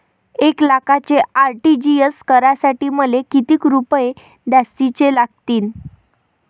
एक लाखाचे आर.टी.जी.एस करासाठी मले कितीक रुपये जास्तीचे लागतीनं?